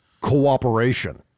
cooperation